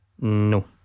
No